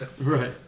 right